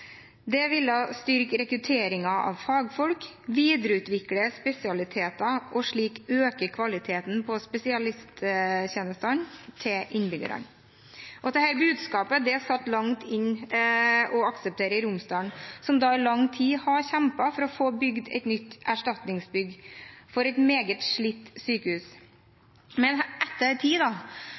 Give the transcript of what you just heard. Det ville styrke rekrutteringen av fagfolk, videreutvikle spesialiteter og slik øke kvaliteten på spesialisttjenestene til innbyggerne. Dette budskapet satt langt inne å akseptere i Romsdal, som i lang tid har kjempet for å få bygd et nytt erstatningsbygg for et meget slitt